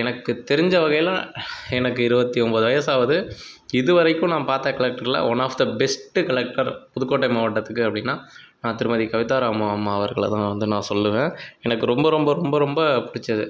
எனக்கு தெரிஞ்ச வகையில் எனக்கு இருபத்தி ஒம்பது வயசாகுது இது வரைக்கும் நான் பார்த்த கலெக்டரில் one of the best collector Pudukkottai மாவட்டத்துக்கு அப்படின்னா நான் திருமதி கவிதா ராமு அம்மா அவர்களைதான் நான் வந்து நான் சொல்லுவேன் எனக்கு ரொம்ப ரொம்ப ரொம்ப ரொம்ப பிடிச்சது